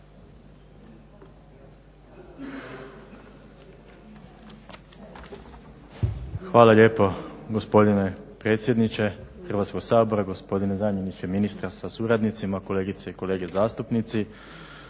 Hvala lijepo gospodine predsjedniče Hrvatskog sabora, gospodine zamjeniče ministra sa suradnicima, kolegice i kolege zastupnici.